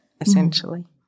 essentially